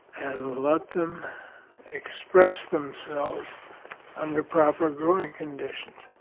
and let them express themselves under proper growing conditions.